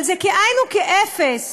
זה כאין וכאפס